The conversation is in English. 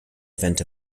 event